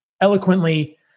eloquently